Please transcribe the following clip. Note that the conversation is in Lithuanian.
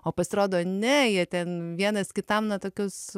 o pasirodo ne jie ten vienas kitam na tokius